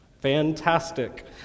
Fantastic